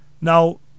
now